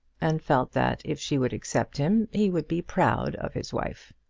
and felt that if she would accept him he would be proud of his wife.